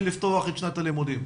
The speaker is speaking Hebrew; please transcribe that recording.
אם לפתוח את שנת הלימודים.